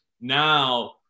Now